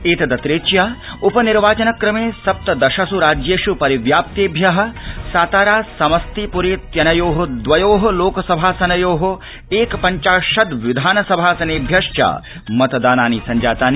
एतदतिरिच्य उपनिर्वाचनक्रमे सप्तदशस् राज्येष् परिव्याप्तेभ्य सातारा समस्तीप्रेत्यनयो लो सभासनयो ए पञ्चाशद विधानसभासनेभ्यश्च मतदानानि सञ्जातानि